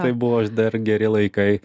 tai buvo dar geri laikai